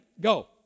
go